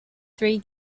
three